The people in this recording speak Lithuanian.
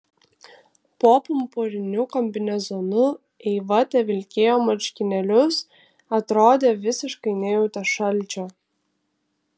po purpuriniu kombinezonu eiva tevilkėjo marškinėlius atrodė visiškai nejautė šalčio